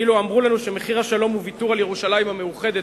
אילו אמרו לנו שמחיר השלום הוא ויתור על ירושלים המאוחדת,